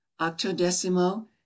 octodecimo